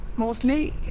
Mostly